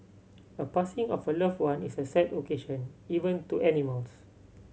a passing of a loved one is a sad occasion even to animals